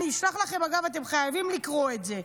אני אשלח לכם, אתם חייבים לקרוא את זה.